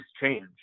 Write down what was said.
change